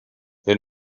they